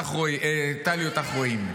טלי, אותך רואים.